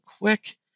quick